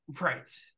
right